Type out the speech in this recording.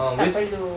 tak perlu